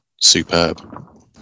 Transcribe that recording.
superb